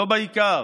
לא בעיקר,